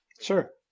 sure